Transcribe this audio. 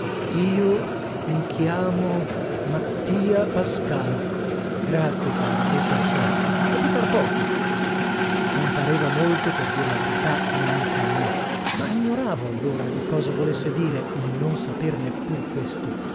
io mi chiamo mattia pascal grazie caro questo lo so e ti par poco non pareva molto per dir la verità neanche a me ma ignoravo allora che cosa volesse dire il non sapere neppur questo